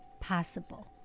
possible